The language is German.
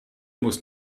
muss